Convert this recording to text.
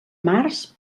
març